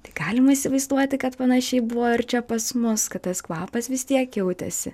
tai galima įsivaizduoti kad panašiai buvo ir čia pas mus kad tas kvapas vis tiek jautėsi